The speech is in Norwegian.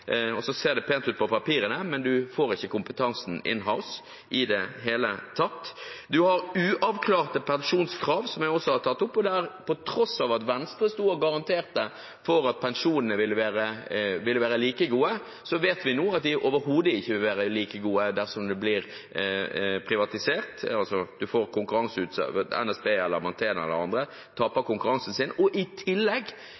og så ser det pent ut på papiret, men en får ikke kompetansen «in-house» i det hele tatt. En har uavklarte pensjonskrav, som jeg også har tatt opp, og på tross av at Venstre garanterte for at pensjonene ville være like gode, vet vi nå at de overhodet ikke vil være like gode dersom det blir privatisert, altså at NSB eller Mantena eller andre